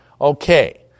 Okay